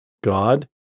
God